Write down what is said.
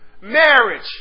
marriage